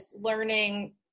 learning